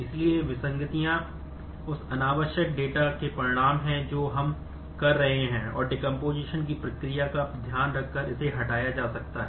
इसलिए ये विसंगतियां की प्रक्रिया का ध्यान रखकर इसे हटाया जा सकता है